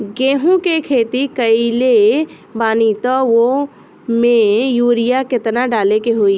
गेहूं के खेती कइले बानी त वो में युरिया केतना डाले के होई?